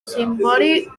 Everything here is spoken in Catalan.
cimbori